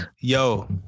Yo